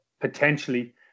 potentially